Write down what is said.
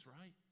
right